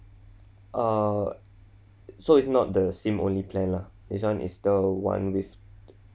uh so it's not the S_I_M only plan lah this one is the one with